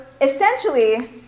essentially